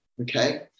okay